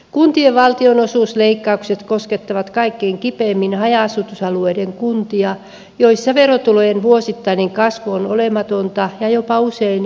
kuntien valtionosuusleikkaukset koskettavat kaikkein kipeimmin haja asutusalueiden kuntia joissa verotulojen vuosittainen kasvu on olematonta ja jopa usein miinusmerkkistä